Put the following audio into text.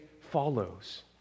follows